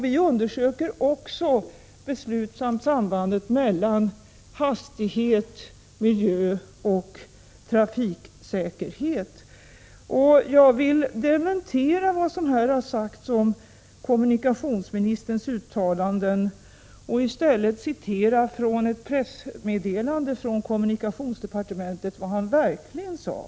Vi undersöker också beslutsamt sambandet mellan hastighet, miljö och trafiksäkerhet. Jag vill dementera vad som har sagts om kommunikationsministerns uttalanden och citera ur ett pressmeddelande från kommunikationsdepartementet för att visa vad kommunikationsministern verkligen sade: Prot.